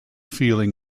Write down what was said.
feeling